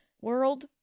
world